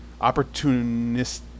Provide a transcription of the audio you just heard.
opportunistic